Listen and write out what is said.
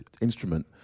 instrument